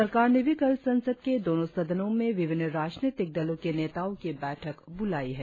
सरकार ने भी कल संसद के दोनों सदनों में विभिन्न राजनैतिक दलों के नेताओं की बैठक बुलाई है